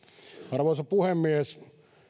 arvoisa puhemies